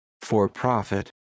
for-profit